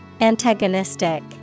Antagonistic